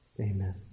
Amen